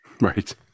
Right